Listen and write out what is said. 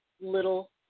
little